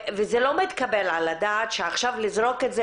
זה לא מתקבל על הדעת שעכשיו לזרוק את זה,